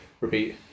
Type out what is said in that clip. repeat